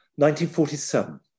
1947